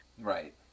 Right